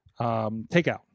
takeout